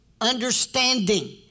understanding